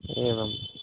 एवं